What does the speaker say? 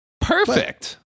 Perfect